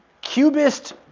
cubist